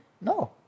No